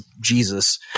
Jesus